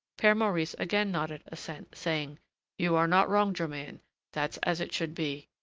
pere maurice again nodded assent, saying you are not wrong, germain that's as it should be.